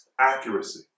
Accuracy